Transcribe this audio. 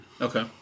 Okay